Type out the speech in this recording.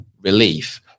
relief